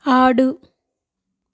ఆడు